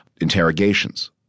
interrogations